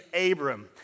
Abram